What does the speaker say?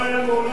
לא היה מעולם,